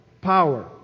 power